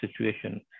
situation